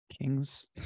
Kings